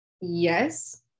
yes